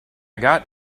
got